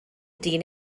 dyn